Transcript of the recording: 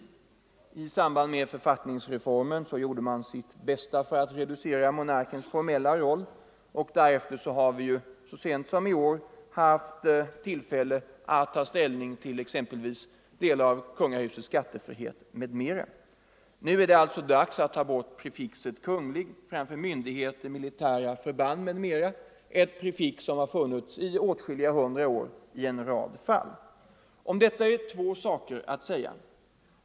= ter I samband med författningsreformen gjorde man sitt bästa för att reducera monarkens formella roll, och därefter har vi så sent som i år haft tillfälle att ta ställning till frågan om att avskaffa en del av kungahusets skattefrihet m.m. Nu är det alltså dags att ta bort prefixet ”Kunglig” framför namn på myndigheter, militära förband m.m. — ett prefix som i åtskilliga fall har funnits i flera hundra år. Om detta är två saker att säga.